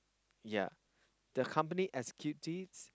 yea the company executives